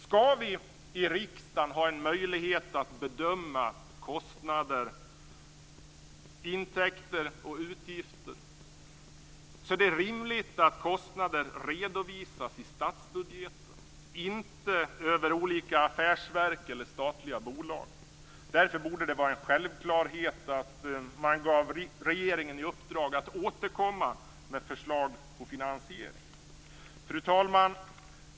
Skall vi i riksdagen ha en möjlighet att bedöma kostnader, intäkter och utgifter är det rimligt att kostnader redovisas i statsbudgeten, inte över olika affärsverk eller statliga bolag. Därför borde det vara en självklarhet att man gav regeringen i uppdrag att återkomma med ett förslag på finansiering. Fru talman!